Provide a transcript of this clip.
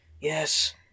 Yes